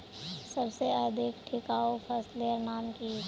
सबसे अधिक टिकाऊ फसलेर नाम की?